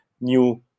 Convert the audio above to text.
new